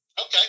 Okay